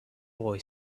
boy